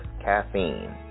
caffeine